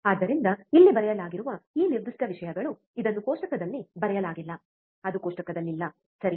ಆದ್ದರಿಂದ ಇಲ್ಲಿ ಬರೆಯಲಾಗಿರುವ ಈ ನಿರ್ದಿಷ್ಟ ವಿಷಯಗಳು ಇದನ್ನು ಕೋಷ್ಟಕದಲ್ಲಿ ಬರೆಯಲಾಗಿಲ್ಲ ಅದು ಕೋಷ್ಟಕದಲ್ಲಿಲ್ಲ ಸರಿ